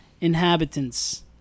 inhabitants